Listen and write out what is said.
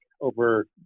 over